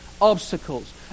obstacles